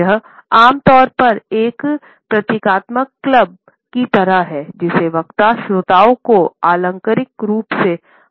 यह आम तौर पर एक प्रतीकात्मक क्लब की तरह होता है जिसे वक्ता श्रोताओं को आलंकारिक रूप से हरा देता है